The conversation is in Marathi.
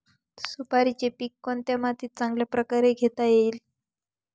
सुपारीचे पीक कोणत्या मातीत चांगल्या प्रकारे घेता येईल?